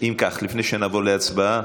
אם כך, לפני שנעבור להצבעה,